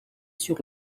sur